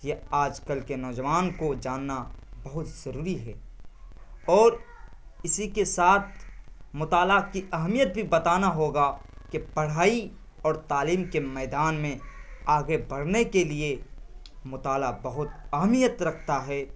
یہ آج کل کے نوجوان کو جاننا بہت ضروری ہے اور اسی کے ساتھ مطالعہ کی اہمیت بھی بتانا ہوگا کہ پڑھائی اور تعلیم کے میدان میں آگے بڑھنے کے لیے مطالعہ بہت اہمیت رکھتا ہے